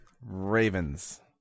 Ravens